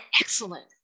excellent